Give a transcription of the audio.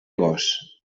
gos